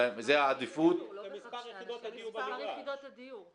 כמספר יחידות הדיור במגרש.